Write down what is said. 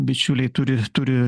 bičiuliai turi turi